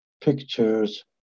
pictures